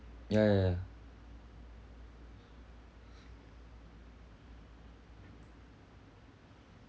ya ya ya